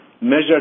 measured